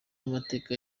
y’amateka